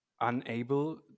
unable